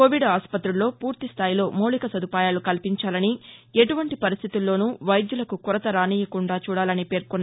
Covid ఆసుపత్రుల్లో పూర్తిస్టాయిలో మౌలిక సదుపాయాలు కల్పించాలని ఎటువంటి పరిస్దితుల్లోను వైద్యులకు కొరత రానీయకుండా చూడాలని పేర్కొన్నారు